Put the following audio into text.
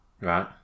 Right